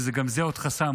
שזה גם זה עוד חסם,